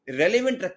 relevant